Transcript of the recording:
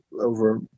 over